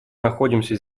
находимся